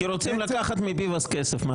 כי רוצים לקחת מביבס כסף.